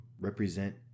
represent